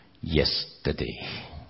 yesterday